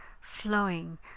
flowing